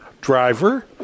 driver